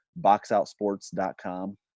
boxoutsports.com